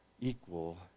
equal